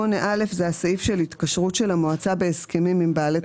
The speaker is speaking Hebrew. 8א זה הסעיף של התקשרות של המועצה בהסכמים עם בעלי תחנות.